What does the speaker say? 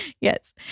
Yes